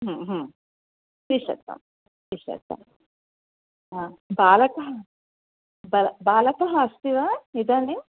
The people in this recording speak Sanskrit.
त्रिशतं त्रिशतं हा बालकः ब बालकः अस्ति वा इदानीं